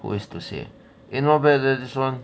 who is to say you know better this one